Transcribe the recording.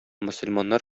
мөселманнар